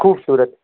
خوبصورت